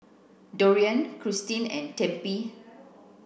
Dorian Christin and Tempie